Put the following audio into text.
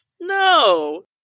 No